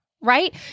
right